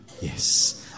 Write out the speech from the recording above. Yes